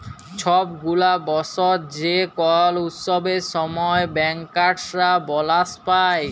ছব গুলা বসর যে কল উৎসবের সময় ব্যাংকার্সরা বলাস পায়